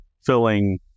filling